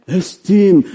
esteem